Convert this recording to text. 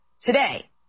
Today